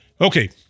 Okay